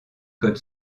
code